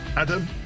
Adam